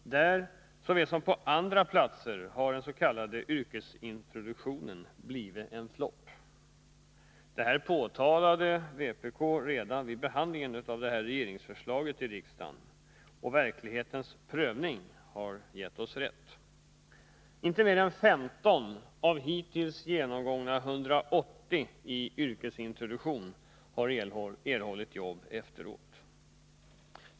Där, såväl som på andra platser, har den s.k. yrkesintroduktionen blivit en flop. Detta påtalade vpk redan vid behandlingen av detta regeringsförslag i riksdagen, och verklighetens prövning ger oss rätt. Inte mer än 15 av de hittills 180 som genomgått yrkesintroduktion har erhållit jobb efteråt.